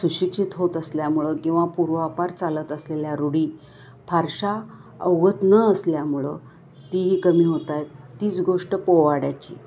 सुशिक्षित होत असल्यामुळं किंवा पूर्वापार चालत असलेल्या रूढी फारशा अवगत न असल्यामुळं तीही कमी होत आहेत तीच गोष्ट पोवाड्याची